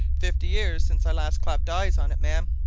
fifty years since i last clapped eyes on it, ma'am,